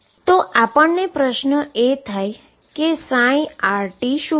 તો આપણને પ્રશ્ન એ થાય કે ψrt શું છે